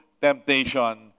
Temptation